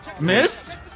Missed